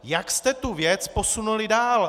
Jak jste tu věc posunuli dál?